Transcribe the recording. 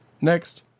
Next